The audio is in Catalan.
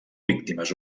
víctimes